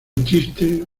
chiste